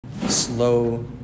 Slow